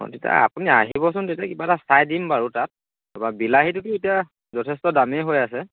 অঁ তেতিয়া আপুনি আহিবচোন তেতিয়া কিবা এটা চাই দিম বাৰু তাত বিলাহীটো এতিয়া যথেষ্ট দামেই হৈ আছে